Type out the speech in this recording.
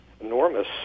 enormous